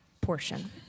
portion